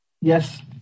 Yes